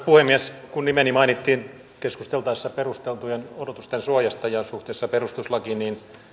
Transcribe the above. puhemies kun nimeni mainittiin keskusteltaessa perusteltujen odotusten suojasta ja suhteesta perustuslakiin niin